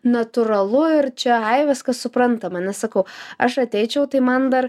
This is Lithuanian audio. natūralu ir čia ai viskas suprantama nes sakau aš ateičiau tai man dar